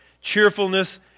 cheerfulness